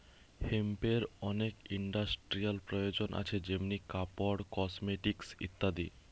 হেম্পের অনেক ইন্ডাস্ট্রিয়াল প্রয়োজন আছে যেমনি কাপড়, কসমেটিকস ইত্যাদি